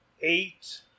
eight